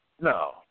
No